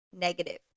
negative